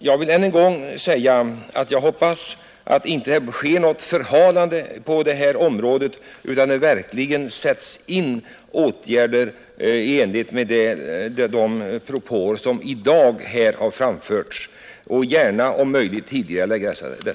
Jag vill än en gång säga, att jag hoppas att frågan inte förhalas utan att åtgärder verkligen sätts in i enlighet med de propåer som i dag har framförts av industriministern — och bör om möjligt tidigareläggas.